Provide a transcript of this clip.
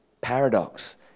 Paradox